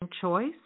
choice